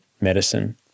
medicine